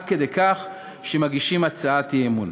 עד כדי כך שמגישים הצעת אי-אמון.